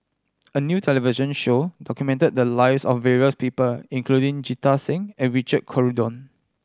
a new television show documented the lives of various people including Jita Singh and Richard Corridon